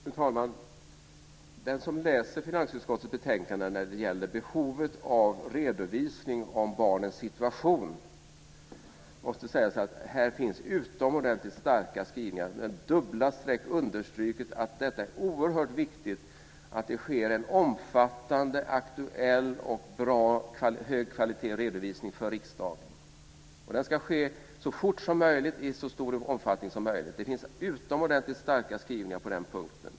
Fru talman! Den som läser finansutskottets betänkande när det gäller behovet av en redovisning om barnens situation måste säga att här finns utomordentligt starka skrivningar, med dubbla streck understruket att det är oerhört viktigt att det sker en omfattande, aktuell och bra högkvalitetsredovisning för riksdagen. Den ska ske så fort som möjligt och i så stor omfattning som möjligt. Det finns utomordentligt starka skrivningar på den punkten.